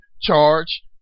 charge